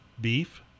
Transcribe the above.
beef